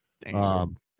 Thanks